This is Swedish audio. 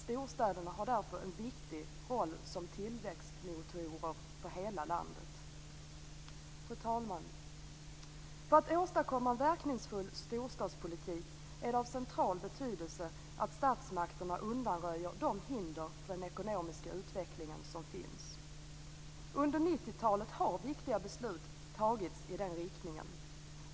Storstäderna har därför en viktig roll som tillväxtmotorer för hela landet. Fru talman! För att åstadkomma en verkningsfull storstadspolitik är det av central betydelse att statsmakterna undanröjer de hinder för den ekonomiska utvecklingen som finns. Under 90-talet har viktiga beslut tagits i den riktningen.